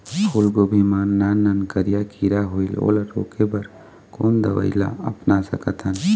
फूलगोभी मा नान नान करिया किरा होयेल ओला रोके बर कोन दवई ला अपना सकथन?